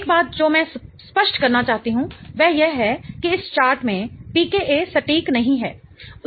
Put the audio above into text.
एक बात जो मैं स्पष्ट करना चाहती हूँ वह यह है कि इस चार्ट में pKa सटीक नहीं है